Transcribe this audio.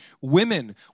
Women